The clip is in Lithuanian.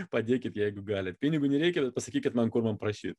padėkit jeigu galit pinigų nereikia bet pasakykit man kur man prašyt